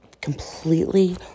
completely